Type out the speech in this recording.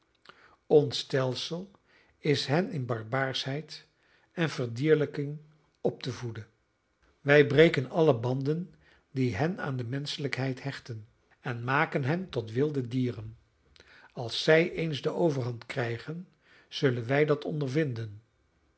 ons stelsel is hen in barbaarschheid en verdierlijking op te voeden wij breken alle banden die hen aan de menschelijkheid hechten en maken hen tot wilde dieren als zij eens de overhand krijgen zullen wij dat ondervinden